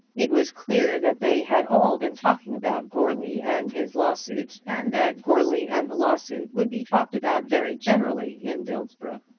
it was clear that they had all been talking about goarly and his law-suit, and that goarly and the law-suit would be talked about very generally in dillsborough.